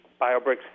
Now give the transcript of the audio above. biobricks